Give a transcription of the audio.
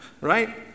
right